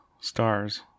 stars